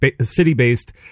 City-based